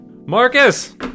Marcus